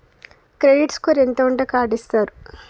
Credit score ఎంత ఉంటే card ఇస్తారు?